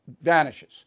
vanishes